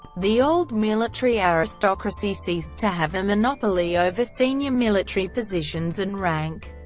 the old military aristocracy ceased to have a monopoly over senior military positions and rank.